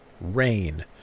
Rain